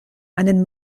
einen